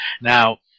Now